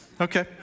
Okay